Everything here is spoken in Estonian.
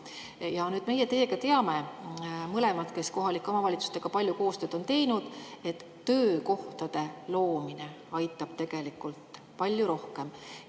palju. Meie teiega teame mõlemad, kuna oleme kohalike omavalitsustega palju koostööd teinud, et töökohtade loomine aitab tegelikult palju rohkem.